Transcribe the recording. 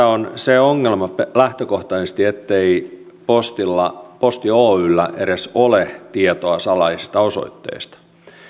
on se ongelma lähtökohtaisesti ettei posti oyllä edes ole tietoa salaisista osoitteista